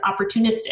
opportunistic